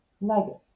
nuggets